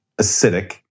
acidic